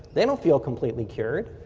they don't feel completely cured.